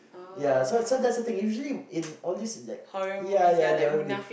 ya so so that's the thing usually in all these like ya ya there will be